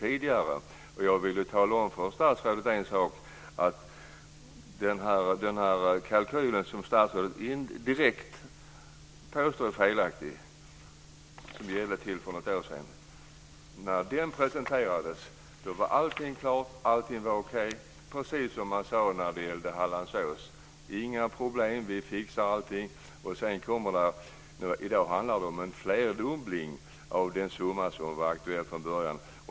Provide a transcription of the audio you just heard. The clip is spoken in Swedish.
En sak som jag vill säga till statsrådet är att när den kalkyl presenterades som statsrådet direkt påstår är felaktig och som gällde till för något år sedan var allting klart och okej. Det är precis som man sade när det gällde Hallandsås: Inga problem. Vi fixar allting. I dag handlar det dock om en flerdubbling av den summa som var aktuell från början.